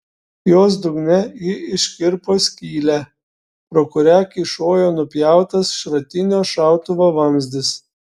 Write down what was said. jos dugne ji iškirpo skylę pro kurią kyšojo nupjautas šratinio šautuvo vamzdis